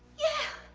yeah.